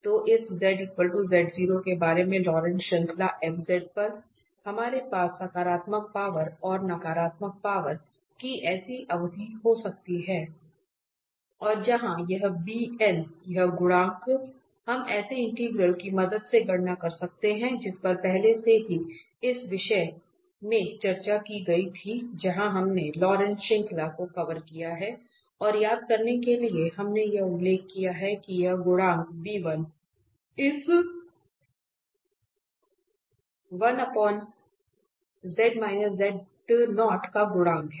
तो इस के बारे में लॉरेंट श्रृंखला f पर हमारे पास सकारात्मक पावर और नकारात्मक पावर की ऐसी अवधि हो सकती है और जहां यह यह गुणांक हम ऐसे इंटीग्रल की मदद से गणना कर सकते हैं जिस पर पहले से ही इस विषय में चर्चा की गई थी जहां हमने लॉरेंट श्रृंखला को कवर किया है और याद करने के लिए हमने यह उल्लेख किया है कि यह गुणांक इस का गुणांक है